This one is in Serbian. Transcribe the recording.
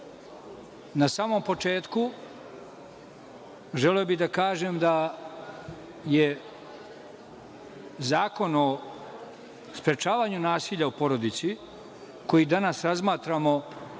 samom početku, želeo bih da kažem da je Zakon o sprečavanju nasilja u porodici, koji danas razmatramo